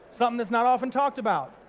something that's not often talked about.